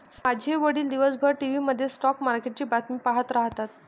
माझे वडील दिवसभर टीव्ही मध्ये स्टॉक मार्केटची बातमी पाहत राहतात